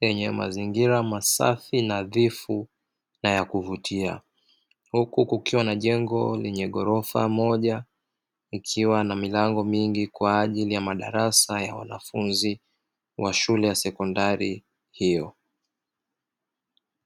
yenye mazingira masafi, nadhifu na ya kuvutia huku kukiwa na jengo lenye ghorofa moja likiwa na milango mingi kwa ajili ya madarasa ya wanafunzi wa shule ya sekondari hiyo.